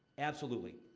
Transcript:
absolutely.